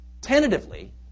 tentatively